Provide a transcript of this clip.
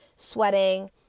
sweating